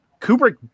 Kubrick